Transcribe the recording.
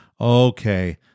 okay